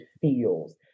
feels